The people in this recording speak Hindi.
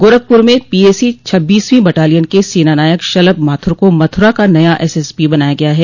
गोरखपुर में पीएसी छब्बीसवीं बटालियन के सेना नायक शलभ माथुर को मथुरा का नया एसएसपी बनाया गया है